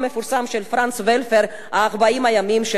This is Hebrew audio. פרנץ ורפל: "ארבעים הימים של מוסה דאג",